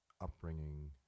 upbringing